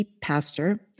pastor